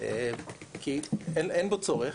כי אין בו צורך.